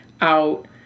out